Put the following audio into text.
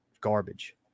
garbage